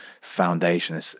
foundation